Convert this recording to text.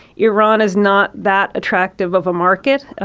iran is not that attractive of a market,